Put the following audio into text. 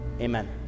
Amen